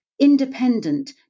independent